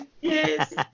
Yes